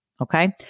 okay